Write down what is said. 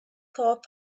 caught